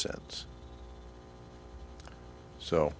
cents so